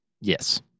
Yes